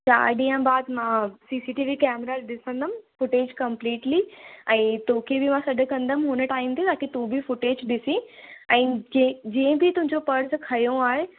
चार ॾींहुं बाद मां सी सी टीवी कैमरा ॾिसंदमि फुटेज कंप्लीटली ऐं तोखे बि मां सॾु कंदमि हुन टाइम ते ताकी तू बि फुटेज ॾिसी ऐं जे जंहिं बि तुंहिंजो पर्स खंयो आहे